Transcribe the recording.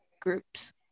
groups